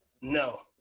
no